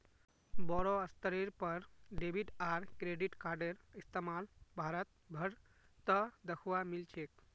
बोरो स्तरेर पर डेबिट आर क्रेडिट कार्डेर इस्तमाल भारत भर त दखवा मिल छेक